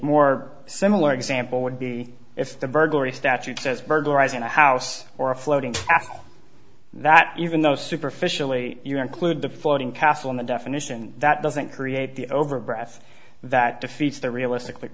more similar example would be if the burglary statute says burglarizing a house or a floating that even though superficially you include the floating castle in the definition that doesn't create the over breath that defeats the realistically